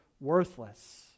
worthless